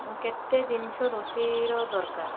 କେତେ ଜିନିଷ ରୋଷେଇର ଦରକାର